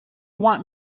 want